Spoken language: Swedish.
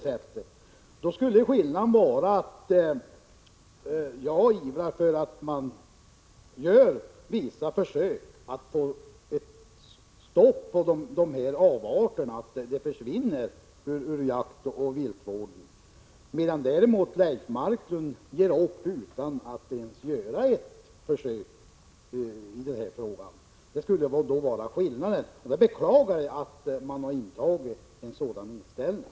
Skillnaden skulle då vara att jag ivrar för att det görs vissa försök att få stopp på avarterna så att de försvinner ur jaktoch viltvården, medan Leif Marklund däremot ger upp utan att ens göra ett försök. Jag beklagar att socialdemokraterna har intagit en sådan inställning.